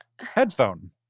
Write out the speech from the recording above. headphone